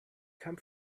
come